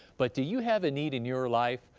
but do you have a need in your life?